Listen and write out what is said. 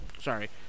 sorry